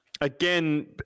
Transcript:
again